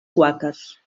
quàquers